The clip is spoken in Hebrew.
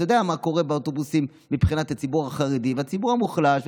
אתה יודע מה קורה באוטובוסים מבחינת הציבור החרדי והציבור המוחלש,